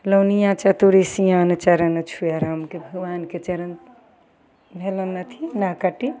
लौनिया चतुर सियान चरण छुए रामके भगवानके चरण भेलनि अथी नह कट्टी